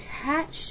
attached